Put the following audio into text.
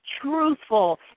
truthful